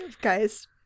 Guys